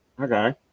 Okay